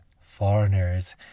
foreigners